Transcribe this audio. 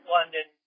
London